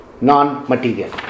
non-material